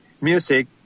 music